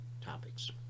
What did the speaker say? topics